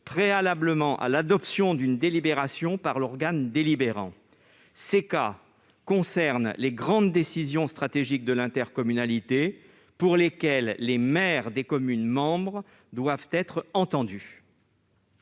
préalablement à l'adoption d'une délibération par l'organe délibérant. Ces cas concernent les grandes décisions stratégiques de l'intercommunalité pour lesquelles les maires des communes membres doivent être entendus.